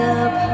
up